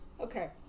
Okay